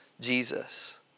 Jesus